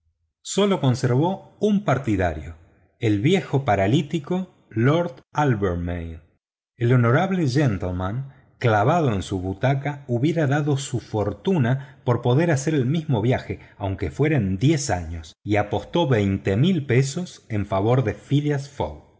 sólo conservó un partidario el viejo paralítico lord albermale el honorable gentleman clavado en su butaca hubiera dado su fortuna por poder hacer el mismo viaje aunque fuera de diez años y apostó cuatro mil libras en favor de phileas